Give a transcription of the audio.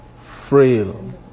frail